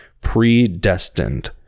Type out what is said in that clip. predestined